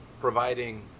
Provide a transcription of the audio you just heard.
providing